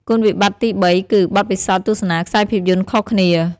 គុណវិបត្តិទីបីគឺ បទពិសោធន៍ទស្សនាខ្សែភាពយន្តខុសគ្នា។